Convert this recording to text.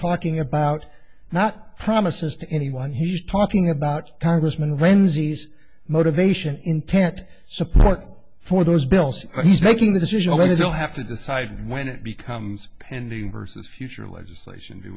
talking about not promises to anyone he's talking about congressman when's he's motivation intent support for those bills he's making the decision i still have to decide when it becomes pending versus future legislation do